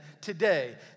today